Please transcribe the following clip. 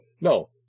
No